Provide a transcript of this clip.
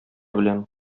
беләм